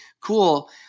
cool